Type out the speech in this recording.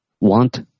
want